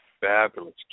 fabulous